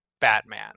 Batman